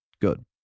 good